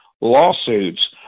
lawsuits